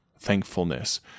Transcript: thankfulness